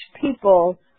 people